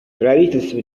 правительства